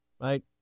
Right